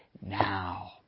now